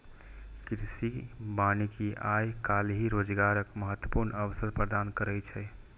कृषि वानिकी आइ काल्हि रोजगारक महत्वपूर्ण अवसर प्रदान करै छै